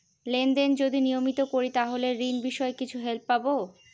Lane দেন যদি নিয়মিত করি তাহলে ঋণ বিষয়ে কিছু হেল্প পাবো?